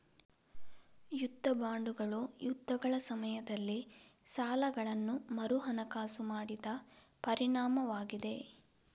ಯುದ್ಧ ಬಾಂಡುಗಳು ಯುದ್ಧಗಳ ಸಮಯದಲ್ಲಿ ಸಾಲಗಳನ್ನು ಮರುಹಣಕಾಸು ಮಾಡಿದ ಪರಿಣಾಮವಾಗಿದೆ